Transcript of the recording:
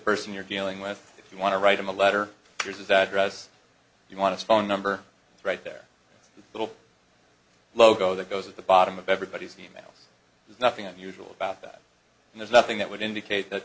person you're dealing with if you want to write him a letter here's his address you want to phone number right there a little logo that goes at the bottom of everybody's email there's nothing unusual about that and there's nothing that would indicate that